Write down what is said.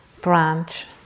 branch